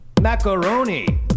Macaroni